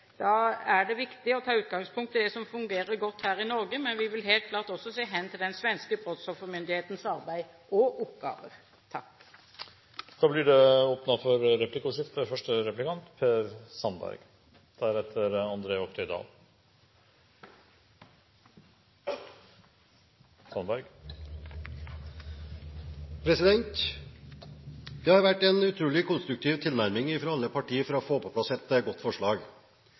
Da er det viktig å ta utgangspunkt i det som fungerer godt her i Norge, men vi vil helt klart også se hen til den svenske Brottsoffermyndighetens arbeid og oppgaver. Øyvind Korsberg hadde her inntatt presidentplassen. Det blir åpnet for replikkordskifte. Det har vært en utrolig konstruktiv tilnærming fra alle partier for å få på plass et godt forslag.